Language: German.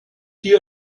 hier